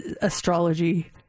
astrology